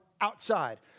outside